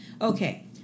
Okay